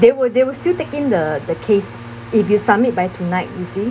they will they will taking the the case if you submit by tonight you see